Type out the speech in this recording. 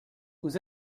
whose